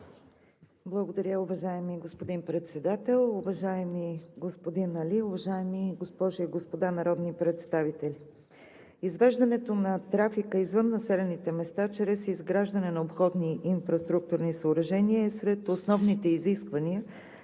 Благодаря, уважаеми господин Председател. Уважаеми господин Али, уважаеми госпожи и господа народни представители! Извеждането на трафика извън населените места чрез изграждане на обходни инфраструктурни съоръжения е сред основните изисквания